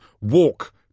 Walk